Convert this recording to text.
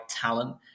talent